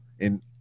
and-